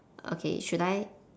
okay should I